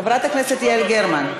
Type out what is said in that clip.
חברת הכנסת יעל גרמן.